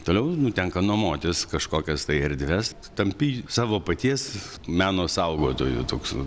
toliau tenka nuomotis kažkokias tai erdves tampi savo paties meno saugotoju toks